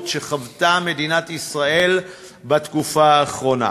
שחוותה מדינת ישראל בתקופה האחרונה,